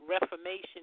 Reformation